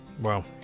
wow